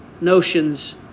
notions